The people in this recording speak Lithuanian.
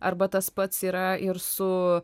arba tas pats yra ir su